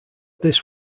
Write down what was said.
this